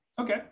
Okay